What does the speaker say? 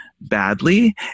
badly